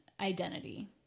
identity